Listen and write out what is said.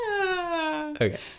okay